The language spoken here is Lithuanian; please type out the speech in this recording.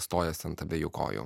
stojasi ant abiejų kojų